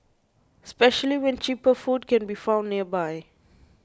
especially when cheaper food can be found nearby